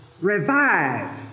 revive